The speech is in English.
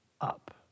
up